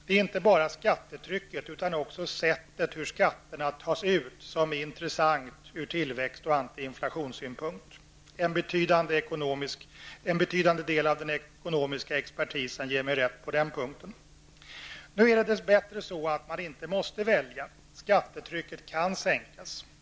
Det är inte bara skattetrycket utan också det sätt på vilket skatterna tas ut som är intressant ur tillväxt och antiinflationssynpunkt. En betydande del av den ekonomiska expertisen ger mig rätt på den punkten. Nu är det dess bättre så, att man inte måste välja. Skattetrycket kan sänkas.